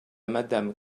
madame